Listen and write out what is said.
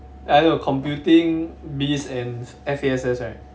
I know computing biz and F_A_S_S right